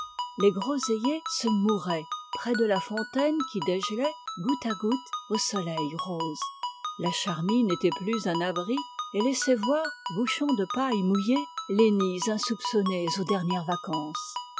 les groseillers se mouraient près de la fontaine qui dégelait goutte à goutte au soleil rose la charmille n'était plus un abri et laissait voir bouchons de paille mouillée les nids insoupçonnés aux dernières vacances